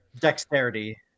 Dexterity